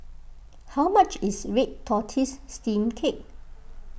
how much is Red Tortoise Steamed Cake